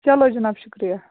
چلو جِناب شُکریہ